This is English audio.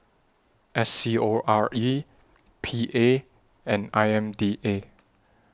S C O R E P A and I M D A